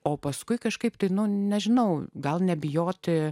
o paskui kažkaip tai nu nežinau gal nebijoti